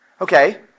Okay